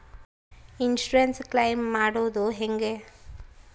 Insurance claim ಮಾಡದು ಹೆಂಗೆ?